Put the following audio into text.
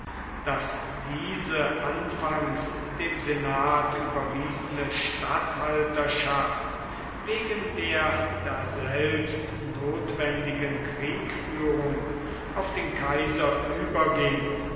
daß diese anfangs dem senat überwiesene statthalterschaft wegen der daselbst notwendigen kriegführung auf den kaiser überging